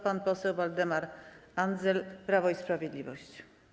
Pan poseł Waldemar Andzel, Prawo i Sprawiedliwość.